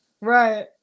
right